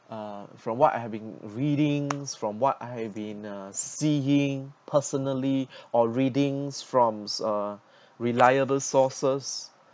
uh from what I have been readings from what I have been uh seeing personally or readings from uh reliable sources